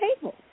table